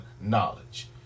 knowledge